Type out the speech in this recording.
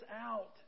out